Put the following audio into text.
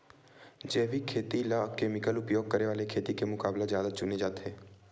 जैविक खेती ला केमिकल उपयोग करे वाले खेती के मुकाबला ज्यादा चुने जाते